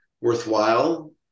worthwhile